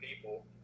people